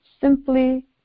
simply